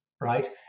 right